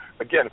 again